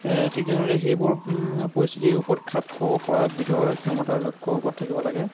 ঠিক তেনেদৰে সেইবোৰ পৰিস্থিতিৰ ওপৰত খাপ খুৱাব পৰা বিধৰ ক্ষমতাৰ লক্ষ্যৰ ওপৰত থাকিব লাগে